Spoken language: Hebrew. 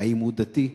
האם הוא דתי,